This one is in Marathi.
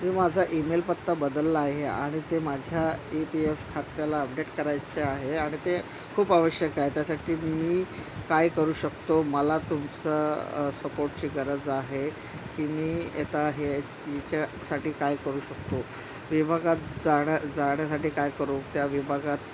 मी माझा ईमेल पत्ता बदलला आहे आणि ते माझ्या ई पी एफ खात्याला अपडेट करायचे आहे आणि ते खूप आवश्यक आहे त्यासाठी मी काय करू शकतो मला तुमच्या सपोर्टची गरज आहे की मी आता हे तिच्यासाठी काय करू शकतो विभागात जाण्या जाण्यासाठी काय करू त्या विभागात